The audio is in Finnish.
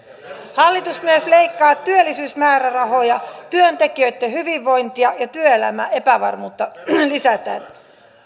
hallitus myös leikkaa työllisyysmäärärahoja työntekijöitten hyvinvointia ja työelämän epävarmuutta lisätään